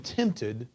tempted